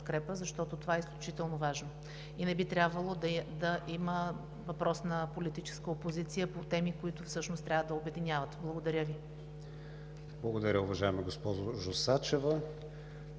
защото това е изключително важно и не би трябвало да има въпрос на политическа опозиция по теми, които всъщност трябва да обединяват. Благодаря Ви. ПРЕДСЕДАТЕЛ КРИСТИАН ВИГЕНИН: Благодаря